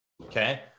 Okay